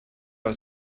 aus